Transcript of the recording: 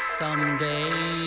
someday